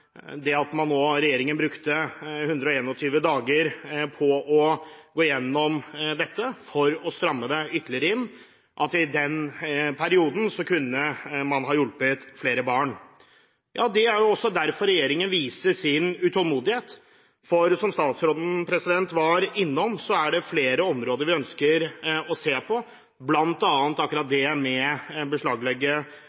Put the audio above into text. det at regjeringen nå brukte 121 dager på å gå gjennom dette for å stramme det ytterligere inn, og at man i den perioden kunne ha hjulpet flere barn. Ja, det er jo også derfor regjeringen viser sin utålmodighet, for som statsråden var innom, er det flere områder vi ønsker å se på, bl.a. akkurat